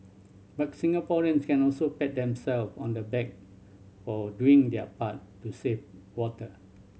but Singaporeans can also pat themselves on the back for doing their part to save water